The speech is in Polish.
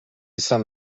sam